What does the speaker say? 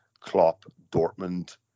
Klopp-Dortmund